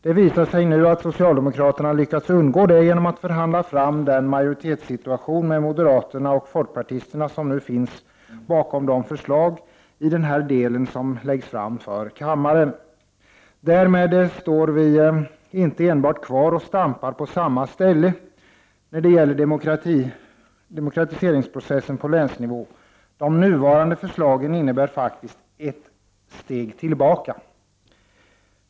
Det visar sig nu att socialdemokraterna lyckats undgå det genom att förhandla fram den majoritetssituation med moderaterna och folkpartisterna som nu finns bakom de förslag i denna del som läggs fram för kammaren. Därmed står vi inte enbart kvar och stampar på samma ställe när det gäller demokratiseringsprocessen på länsnivå. De nuvarande förslagen innebär ett steg tillbaka.